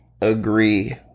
agree